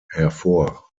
hervor